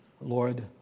Lord